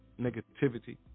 negativity